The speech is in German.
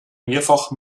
mehrfach